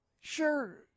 Sure